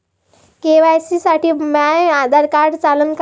KYC साठी माह्य Aadhaar card चालन का?